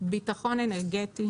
וביטחון אנרגטי.